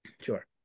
Sure